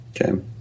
Okay